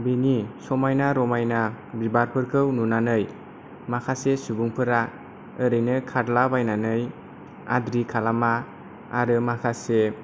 बेनि समायना रमायना बिबारफोरखौ नुनानै माखासे सुबुंफोरा ओरैनो खादला बायनानै आद्रि खालामा आरो माखासे